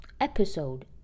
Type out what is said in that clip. episode